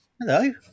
Hello